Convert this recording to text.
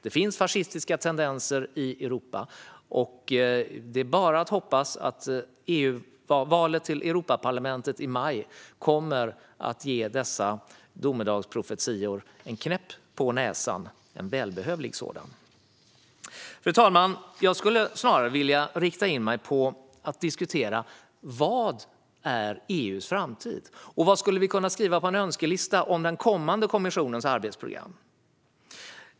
Det finns fascistiska tendenser i Europa, och det är bara att hoppas att valet till Europaparlamentet i maj kommer att ge dessa domedagsprofetior en välbehövlig knäpp på näsan. Fru talman! Jag skulle snarare vilja rikta in mig på att diskutera EU:s framtid. Vad skulle vi kunna skriva på en önskelista för den kommande kommissionens arbetsprogram?